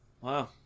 Wow